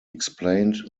explained